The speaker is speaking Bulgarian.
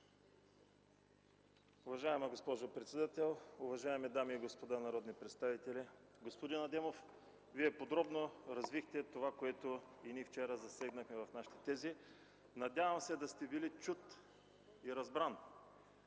Уважаема госпожо председател, уважаеми дами и господа народни представители! Господин Адемов, Вие подробно развихте това, което вчера и ние достигнахме в нашите тези. Надявам се, да сте били чут и разбран.